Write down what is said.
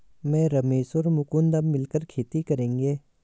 मैं, रमेश और मुकुंद अब मिलकर खेती करेंगे